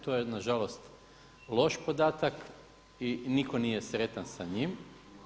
To je na žalost loš podatak i nitko nije sretan sa njim.